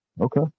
Okay